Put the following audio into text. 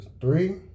three